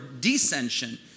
descension